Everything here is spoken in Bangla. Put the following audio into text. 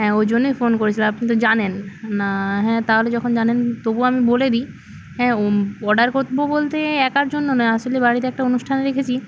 হ্যাঁ ওই জন্যেই ফোন করেছিলাম আপনি তো জানেন না হ্যাঁ তাহলে যখন জানেন তবু আমি বলে দিই হ্যাঁ অর্ডার করবো বলতে একার জন্য না আসলে বাড়িতে একটা অনুষ্ঠান রেখেছি